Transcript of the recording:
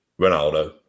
Ronaldo